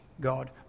God